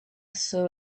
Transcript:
saw